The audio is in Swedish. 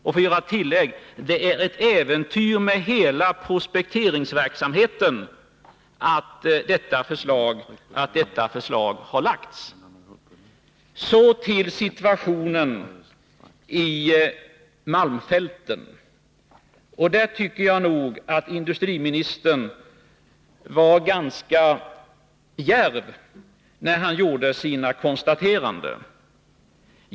För att göra ett tillägg: Framläggandet av detta förslag är ett äventyrande av hela prospekteringsverksamheten. Så till situationen i malmfälten. Där tycker jag nog att industriministern var ganska djärv när han gjorde sina konstateranden.